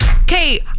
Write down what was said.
okay